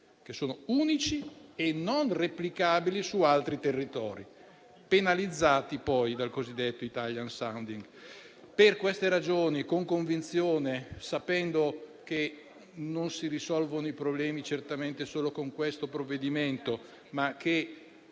che sono unici e non replicabili su altri territori, e che tra l'altro vengono penalizzati anche dal cosiddetto *italian sounding*. Per queste ragioni, con convinzione, sapendo che non si risolvono i problemi certamente solo con questo provvedimento, che